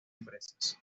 empresas